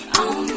on